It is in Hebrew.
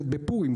בפורים.